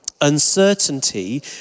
Uncertainty